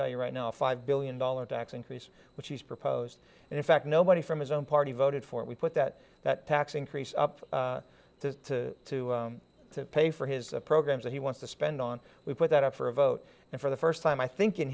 tell you right now a five billion dollars tax increase which he's proposed and in fact nobody from his own party voted for it we put that that tax increase up to pay for his programs that he wants to spend on we put that up for a vote and for the first time i think in